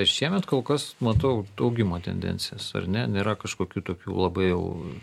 šiemet kol kas matau augimo tendencijas ar ne nėra kažkokių tokių labai jau